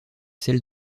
celle